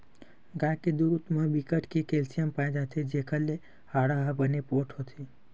गाय के दूद म बिकट के केल्सियम पाए जाथे जेखर ले हाड़ा ह बने पोठ होथे